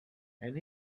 and